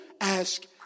ask